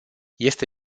este